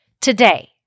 today